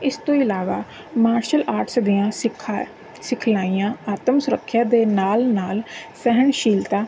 ਇਸ ਤੋਂ ਇਲਾਵਾ ਮਾਰਸ਼ਲ ਆਰਟਸ ਦੀਆਂ ਸਿੱਖਾਂ ਸਿੱਖਲਾਈਆਂ ਆਤਮ ਸੁਰੱਖਿਆ ਦੇ ਨਾਲ ਨਾਲ ਸਹਿਣਸ਼ੀਲਤਾ